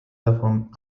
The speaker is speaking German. davon